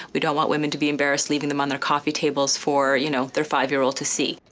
we don't want women to be embarrassed leaving them on their coffee tables for you know their five year old to see.